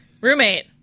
Roommate